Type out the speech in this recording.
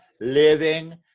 living